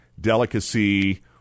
delicacy